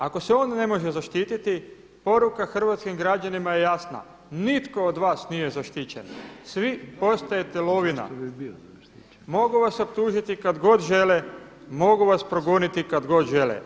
Ako se on ne može zaštititi, poruka hrvatskim građanima je jasna, nitko od vas nije zaštićen, svi postajete lovina, mogu vas optužiti kad god žele, mogu vas progoniti kad god žele.